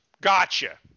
Gotcha